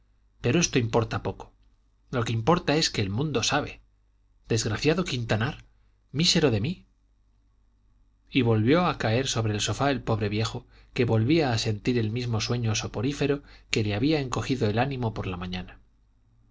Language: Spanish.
pero esto importa poco lo que importa es que el mundo sabe desgraciado quintanar mísero de mí y volvió a caer sobre el sofá el pobre viejo que volvía a sentir el mismo sueño soporífero que le había encogido el ánimo por la mañana